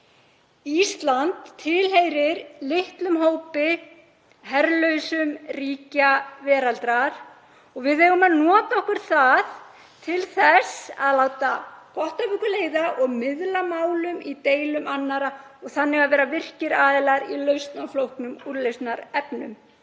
Ísland tilheyrir litlum hópi herlausra ríkja veraldar og við eigum að nota okkur það til þess að láta gott af okkur leiða og miðla málum í deilum annarra og vera þannig virkir aðilar í lausn á flóknum úrlausnarefnum.